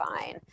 Fine